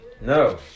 No